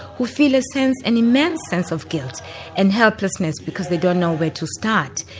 who feel a sense, an immense sense of guilt and helplessness because they don't know where to start.